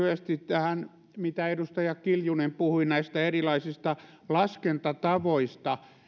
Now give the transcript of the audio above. lyhyesti tähän mitä edustaja kiljunen puhui näistä erilaisista laskentatavoista